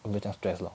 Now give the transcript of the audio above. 没有这样 stress lor